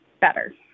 better